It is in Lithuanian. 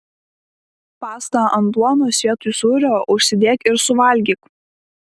pastą ant duonos vietoj sūrio užsidėk ir suvalgyk